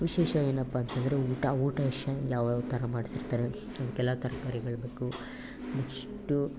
ವಿಶೇಷ ಏನಪ್ಪ ಅಂತಂದರೆ ಊಟ ಊಟ ಎಷ್ಟು ಯಾವ ಯಾವ ಥರ ಮಾಡ್ಸಿರ್ತಾರೆ ಅವಕ್ಕೆಲ್ಲ ತರ್ಕಾರಿಗಳು ಬೇಕು ನೆಕ್ಸ್ಟು